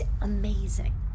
amazing